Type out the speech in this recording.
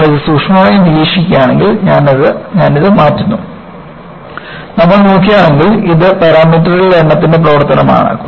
നമ്മൾ ഇത് സൂക്ഷ്മമായി നിരീക്ഷിക്കുകയാണെങ്കിൽ ഞാനിത് മാറ്റുന്നു നമ്മൾ നോക്കുകയാണെങ്കിൽ ഇത് പാരാമീറ്ററുകളുടെ എണ്ണത്തിന്റെ പ്രവർത്തനമാണ്